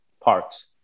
Parts